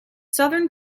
southern